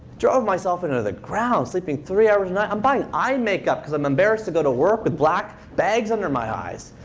drove myself into the ground, sleeping three hours a night. i'm buying eye makeup because i'm embarrassed to go to work with black bags under my eyes.